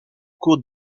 cours